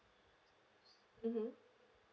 mm